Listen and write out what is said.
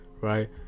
Right